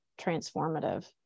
transformative